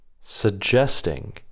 suggesting